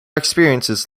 experiences